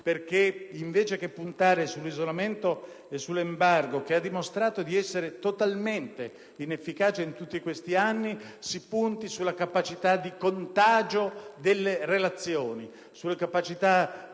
perché, invece che puntare sull'isolamento e sull'embargo, che hanno dimostrato di essere totalmente inefficaci in tutti questi anni, si punti sulla capacità di contagio delle relazioni